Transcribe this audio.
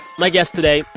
like yesterday,